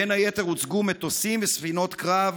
בין היתר הוצגו מטוסים וספינות קרב,